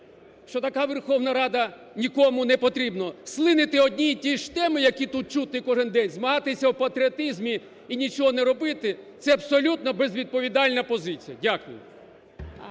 що така Верховна Рада нікому не потрібна. Слинити одні і ті ж теми, які тут чути кожен день, змагатися у патріотизмі і нічого не робити – це абсолютно безвідповідальна позиція. Дякую.